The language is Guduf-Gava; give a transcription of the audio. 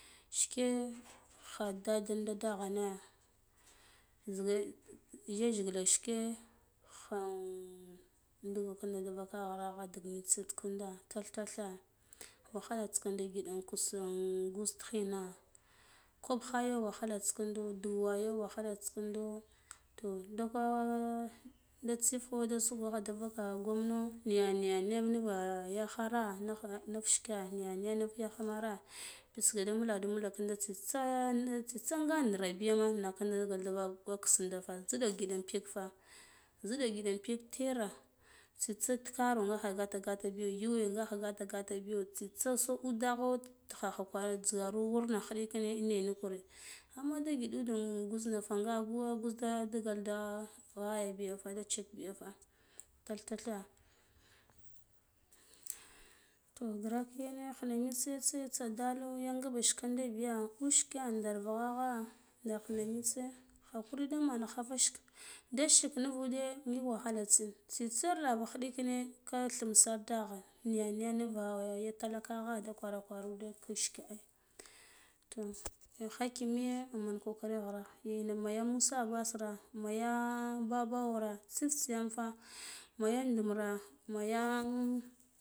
Shice kha da dun daghana zige yajgila shike khan dugo kinda nda vaka kha ghirara dig mitse na tath tathe wanalats kindi ngida gwuza ti ghire kwaɓ khayo wahalata kinɗo du wayo wahalata kindo toh da tsifkho da vuka gomno niya niya niyam nniva ya khara nigh nik shike niya niya niya nuf yaghanane bitsga da mbuladu mbula tsitsa na tsitsa nga rabiyama naken da digalka da vak gita kindaa ziɗa ngiɗa peg fa ziɗa ngida pig tera tsitsik tikaroma kha gato gato biyo yuwa ngakha da gata gata biyo jzitsi so ude kha tighagho kwar wurna khiɗi kine inne amma da giɗuk gwuzna ta nga nga gwuz da digalda ghaya biya tta da chib biya fa tath tatha toh grak yare khana mitso tsiya dalo yanga ba shikan da biya ndar vugha gha nder khina mitse khakuri daman kha fa shik da shik nu ude ngik wahala intsin tsitsi lara khiɗikere ka thum sir da gare niya niya yara talakakha ghwa ghwar ude ya shike ai toh ya hakimiye kokari ya ghrar ma ya musa abbasra ma ya babawora tsitsi yam fa ma ya ndujmra ma yaa.